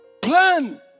plan